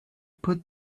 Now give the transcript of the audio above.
put